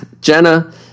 jenna